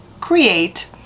create